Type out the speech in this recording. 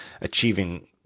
achieving